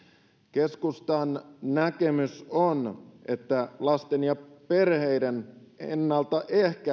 keskustan näkemys on että lasten ja perheiden ennaltaehkäisevää tukea